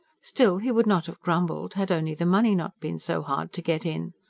still, he would not have grumbled, had only the money not been so hard to get in.